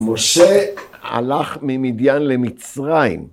משה הלך ממדין למצרים